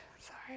Sorry